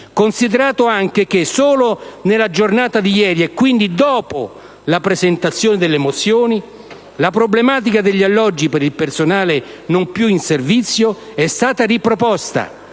considerato anche che, solo nella giornata di ieri (e quindi dopo la presentazione delle mozioni), la problematica degli alloggi per il personale non più in servizio è stata riproposta